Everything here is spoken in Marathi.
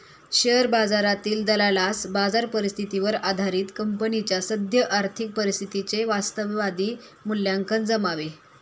शेअर बाजारातील दलालास बाजार परिस्थितीवर आधारित कंपनीच्या सद्य आर्थिक परिस्थितीचे वास्तववादी मूल्यांकन जमावे